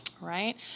right